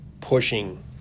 pushing